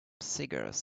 cigars